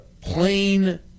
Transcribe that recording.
plain